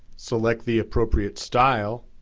select the appropriate style,